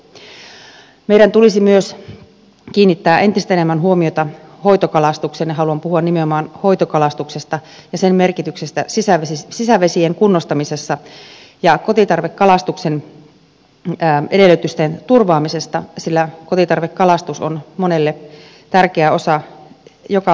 meidän tulisi myös kiinnittää entistä enemmän huomiota hoitokalastukseen ja haluan puhua nimenomaan hoitokalastuksesta ja sen merkityksestä sisävesien kunnostamisessa ja kotitarvekalastuksen edellytysten turvaamisesta sillä kotitarvekalastus on monelle tärkeä osa jokapäiväistä ateriaa